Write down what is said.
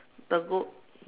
the book